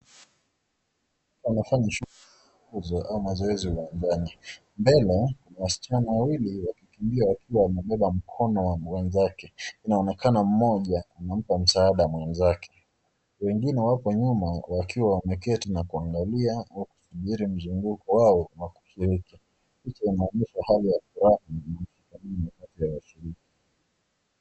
Wanafanya shughuli au mazoezi ya ndani. Mbele kuna wasichana wawili wakikimbia wakiwa wamebeba mkono wa mwenzake. Inaonekana mmoja anampa msaada mwenzake. Wengine wapo nyuma wakiwa wameketi na kuangalia wakisubiri mzunguko wao wakifiki. Kitu kinachoonyesha hali ya furaha na mshikamano kati ya washiriki.